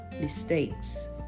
mistakes